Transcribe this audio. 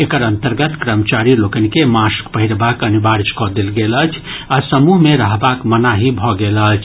एकर अंतर्गत कर्मचारी लोकनि के मास्क पहिरबाक अनिवार्य कऽ देल गेल अछि आ समूह मे रहवाक मनाही भऽ गेल अछि